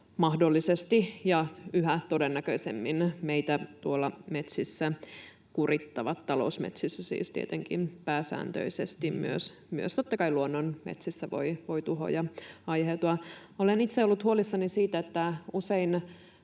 mahdollisesti ja yhä todennäköisemmin meitä tuolla metsissä kurittavat, talousmetsissä siis tietenkin pääsääntöisesti, myös totta kai luonnon metsissä voi tuhoja aiheutua. Olen itse ollut huolissani siitä, että usein